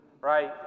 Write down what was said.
right